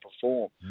perform